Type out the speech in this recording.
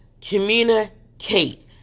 Communicate